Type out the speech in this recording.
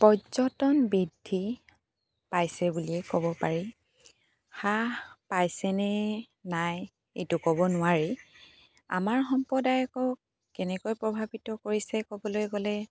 পৰ্যটন বৃদ্ধি পাইছে বুলিয়েই ক'ব পাৰি হ্ৰাস পাইছেনে নই এইটো ক'ব নোৱাৰি আমাৰ সম্প্ৰদায়ক কেনেকৈ প্ৰভাৱিত কৰিছে ক'বলৈ গ'লে